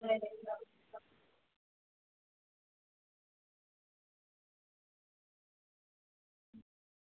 अ